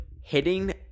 hitting